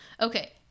okay